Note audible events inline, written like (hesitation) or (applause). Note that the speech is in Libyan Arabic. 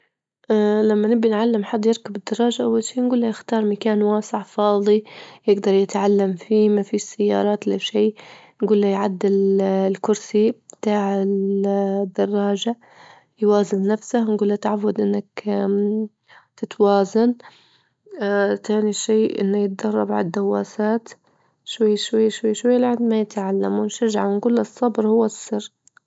لما نبي نعلم حد يركب الدراجة أول شي نجول له يختار مكان واسع فاظي يجدر يتعلم فيه ما فيش سيارات لا شي، نجول له يعدل (hesitation) الكرسي بتاع الدراجة، يوازن نفسه، ونجول له تعود إنك تتوازن (hesitation) ثاني شي إن يتدرب على الدواسات شوي- شوي- شوي- شوي لحد ما يتعلم، ونشجعه ونجول له الصبر هو السر.